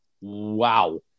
Wow